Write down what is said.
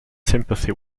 sympathy